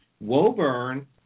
Woburn